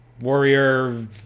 warrior